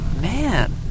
Man